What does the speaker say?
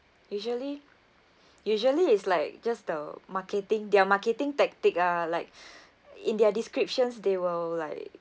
usually usually is like just the marketing their marketing tactic ah like in their descriptions they will like